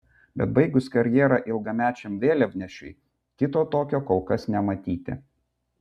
bet baigus karjerą ilgamečiam vėliavnešiui kito tokio kol kas nematyti